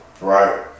right